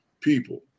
people